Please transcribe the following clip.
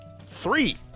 three